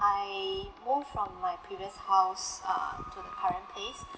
I move from my previous house uh to the current place